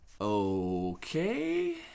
Okay